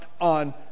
on